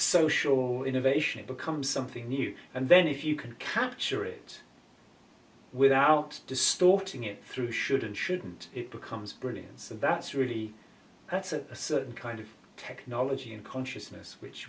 social innovation it becomes something new and then if you can capture it without distorting it through should and shouldn't it becomes brilliance and that's really that's a certain kind of technology and consciousness which